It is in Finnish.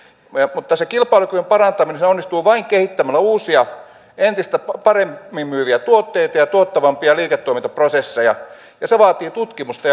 mutta se kilpailukyvyn parantaminen onnistuu vain kehittämällä uusia entistä paremmin myyviä tuotteita ja ja tuottavampia liiketoimintaprosesseja ja se vaatii tutkimusta